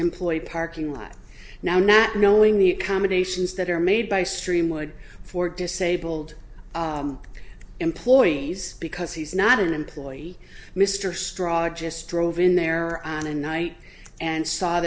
employee parking lot now not knowing the accommodations that are made by streamwood for disabled employees because he's not an employee mr straw just drove in there on a night and saw